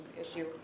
issue